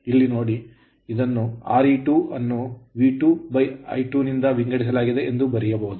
ಇಲ್ಲಿ ನೋಡಿ ಇದನ್ನು Re2 ಅನ್ನು ವಿ2ಐ2 ನಿಂದ ವಿಂಗಡಿಸಲಾಗಿದೆ ಎಂದು ಬರೆಯಬಹುದು